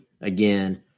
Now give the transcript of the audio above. again